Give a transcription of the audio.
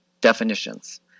definitions